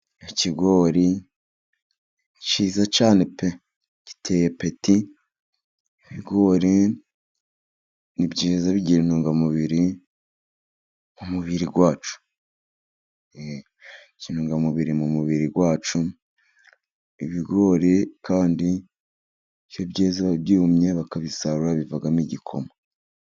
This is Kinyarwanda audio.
Ikigori cyiza cyane pe! Giteye peti, ibigori ni byiza bigira intungamubiri mu mubiri wacu, e bigira intungamubiri mu mubiri wacu, ibigori kandi iyo byeze byumye bakabisarura, bivamo igikoma.